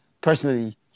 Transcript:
personally